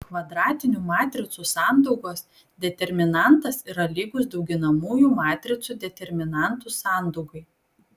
kvadratinių matricų sandaugos determinantas yra lygus dauginamųjų matricų determinantų sandaugai